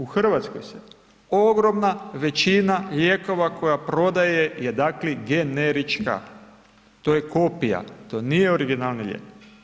U RH se ogromna većina lijekova koja prodaje je, dakle, generička, to je kopija, to nije originalni lijek.